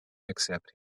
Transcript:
except